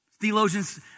Theologians